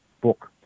book